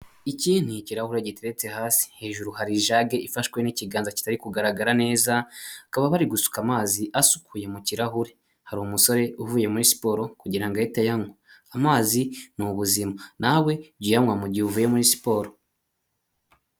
Iki ni ikirahure gitetse hasi, hejuru hari jage ifashwe n'ikiganza kitari kugaragara neza. Bakaba bari gusuka amazi asukuye mu kirahure, hari umusore uvuye muri siporo kugira ngo ahite ayanywa. Amazi ni ubuzima, nawe jya uyanywa mu gihe uvuye muri siporo.